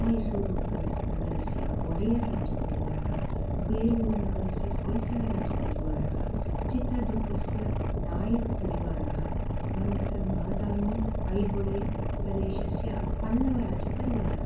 मैसूरुनगरस्य ओडयर् राजपरिवारः बेलूरुनगरस्य होय्सलराजपरिवारः चित्रदुर्गस्य नायकपरिवारः अनन्तरं बादामि ऐहोले प्रदेशस्य पल्लवराजपरिवारः